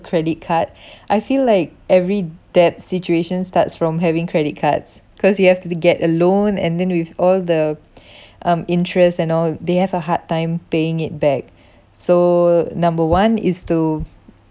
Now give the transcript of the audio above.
credit card I feel like every debt situation starts from having credit cards cause you have to get a loan and then with all the um interest and all they have a hard time paying it back so number one is to